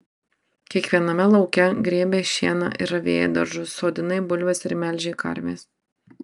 kiekviename lauke grėbei šieną ir ravėjai daržus sodinai bulves ir melžei karves